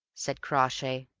said crawshay.